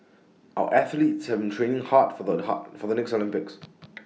our athletes haven't training hard for the hot for the next Olympics